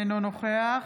אינו נוכח